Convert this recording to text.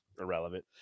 Irrelevant